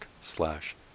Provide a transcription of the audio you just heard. slash